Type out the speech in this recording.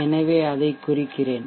எனவே அதைக் குறிக்கிறேன்